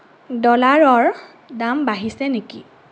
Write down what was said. ডলাৰৰ দাম বাঢ়িছে নেকি